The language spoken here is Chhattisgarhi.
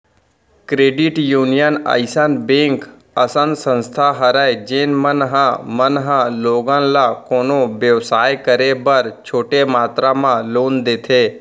क्रेडिट यूनियन अइसन बेंक असन संस्था हरय जेन मन ह मन ह लोगन ल कोनो बेवसाय करे बर छोटे मातरा म लोन देथे